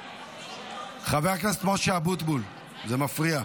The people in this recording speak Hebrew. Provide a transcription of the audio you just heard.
חבר הכנסת משה אבוטבול, זה מפריע.